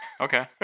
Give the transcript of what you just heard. Okay